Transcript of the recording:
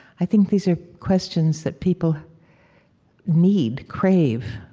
i think these are questions that people need, crave,